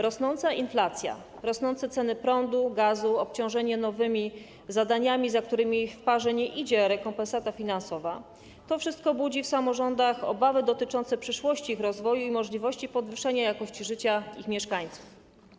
Rosnąca inflacja, rosnące ceny prądu, gazu, obciążenie nowymi zadaniami, za którymi w parze nie idzie rekompensata finansowa - to wszystko budzi w samorządach obawy dotyczące przyszłości ich rozwoju i możliwości podwyższenia jakości życia ich mieszkańców.